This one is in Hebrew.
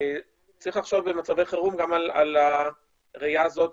צריך לחשוב במצבי חירום על הראייה הזאת